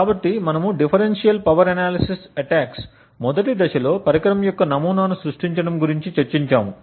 కాబట్టి మనము differential power analysis attacks మొదటి దశలో పరికరం యొక్క నమూనాను సృష్టించడం గురించి చర్చించాము